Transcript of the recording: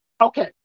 Okay